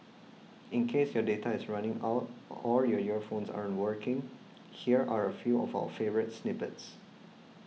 in case your data is running out or your earphones aren't working here are a few of our favourite snippets